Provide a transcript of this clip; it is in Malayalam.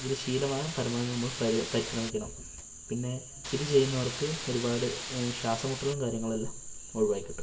ഇത് ശീലമാകാൻ പരമാവധി നമ്മൾ പരിശ്രമിക്കണം പിന്നെ ഇത് ചെയ്യുന്നവർക്ക് ഒരുപാട് ശ്വാസംമുട്ടലും കാര്യങ്ങളെല്ലാം ഒഴിവായിക്കിട്ടും